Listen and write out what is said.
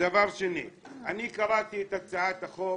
דבר שני, אני קראתי את הצעת החוק